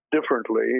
differently